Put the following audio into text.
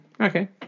okay